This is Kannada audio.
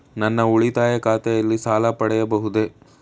ನನ್ನ ಉಳಿತಾಯ ಖಾತೆಯಲ್ಲಿ ಸಾಲ ಪಡೆಯಬಹುದೇ?